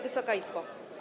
Wysoka Izbo!